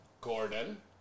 Gordon